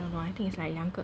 no I think is like 两个